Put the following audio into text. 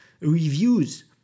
reviews